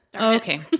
Okay